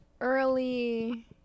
early